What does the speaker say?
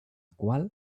qual